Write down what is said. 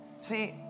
See